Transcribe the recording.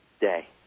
day